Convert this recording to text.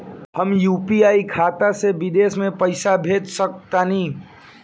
हम यू.पी.आई खाता से विदेश म पइसा भेज सक तानि?